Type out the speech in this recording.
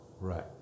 right